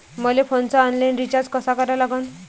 मले फोनचा online recharge कसा करा लागन?